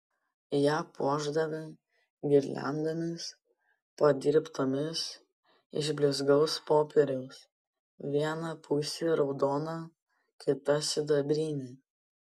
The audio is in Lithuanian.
ją puošdavę girliandomis padirbtomis iš blizgaus popieriaus viena pusė raudona kita sidabrinė